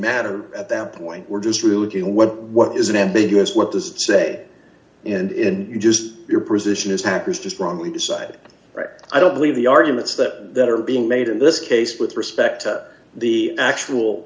matter at that point we're just routing what what is an ambiguous what does it say and in just your position is hackers just wrongly decided right i don't believe the arguments that are being made in this case with respect to the actual